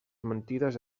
mentides